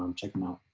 um check them out.